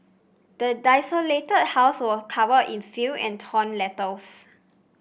the desolated house was covered in filth and torn letters